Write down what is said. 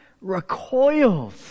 recoils